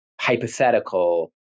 hypothetical